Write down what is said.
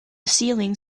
ceiling